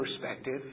perspective